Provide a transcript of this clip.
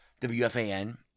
WFAN